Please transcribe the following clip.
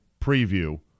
preview